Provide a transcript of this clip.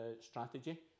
strategy